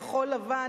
כחול-לבן,